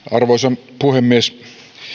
arvoisa puhemies